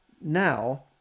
now